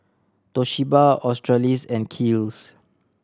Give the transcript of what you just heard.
Toshiba Australis and Kiehl's